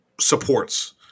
supports